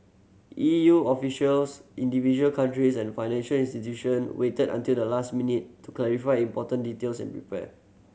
E U officials individual countries and financial institution waited until the last minute to clarify important details and prepare